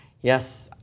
yes